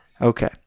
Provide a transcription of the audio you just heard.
Okay